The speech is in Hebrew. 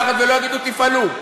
ולא יגידו: תפעלו,